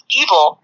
evil